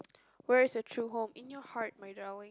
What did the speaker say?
where is your true home in your heart my darling